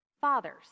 Fathers